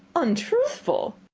untruthful!